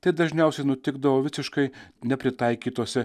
tai dažniausiai nutikdavo visiškai nepritaikytose